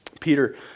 Peter